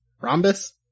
Rhombus